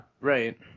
Right